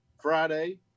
friday